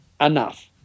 enough